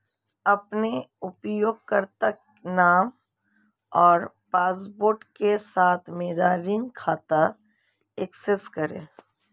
अपने उपयोगकर्ता नाम और पासवर्ड के साथ मेरा ऋण खाता एक्सेस करें